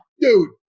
Dude